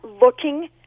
looking